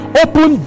open